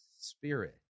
Spirit